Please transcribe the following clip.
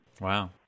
Wow